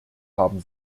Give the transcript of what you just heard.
haben